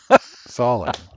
Solid